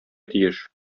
тиеш